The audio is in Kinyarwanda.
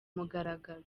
mugaragaro